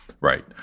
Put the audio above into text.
Right